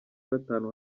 gatanu